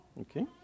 okay